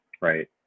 Right